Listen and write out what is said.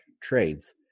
trades